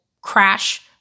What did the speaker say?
crash